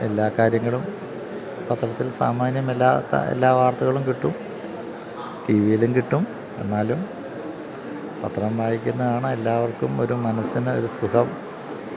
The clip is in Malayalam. എല്ലാ കാര്യങ്ങളും പത്രത്തിൽ സാമാന്യം എല്ലാ വാർത്തകളും കിട്ടും ടി വിയിലും കിട്ടും എന്നാലും പത്രം വായിക്കുന്നതാണ് എല്ലാവർക്കും ഒരു മനസ്സിനൊരു സുഖം